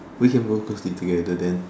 we can go to sleep together then